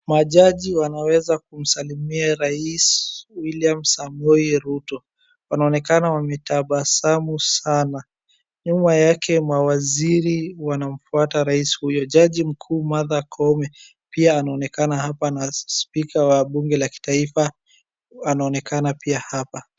Majaji wanaeza kumsalimia rais William Samoe Ruto. Wanaonekana wametabasamu sana, nyuma yake mawaziri wanafuata rais huyo jaji mkuu Martha Koome pia anaonekana hapa na spika wa bunge la kitaifa anaonekana pia hapa.